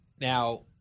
Now